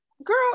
Girl